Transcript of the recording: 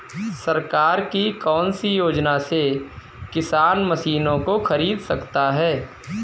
सरकार की कौन सी योजना से किसान मशीनों को खरीद सकता है?